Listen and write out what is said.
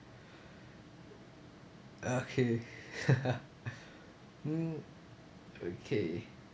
okay mm okay